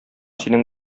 синең